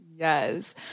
Yes